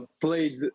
played